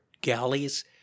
galleys